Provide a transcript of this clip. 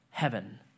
Heaven